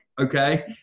okay